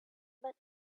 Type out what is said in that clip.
but